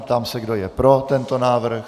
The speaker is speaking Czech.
Ptám se, kdo je pro tento návrh.